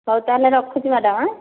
ହଉ ତାହେଲେ ରଖୁଛି ମ୍ୟାଡାମ୍ ହଁ